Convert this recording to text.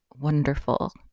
wonderful